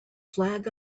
flag